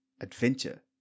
Adventure